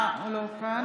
אינו נוכח